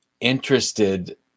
interested